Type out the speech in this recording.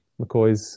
McCoys